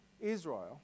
Israel